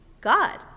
God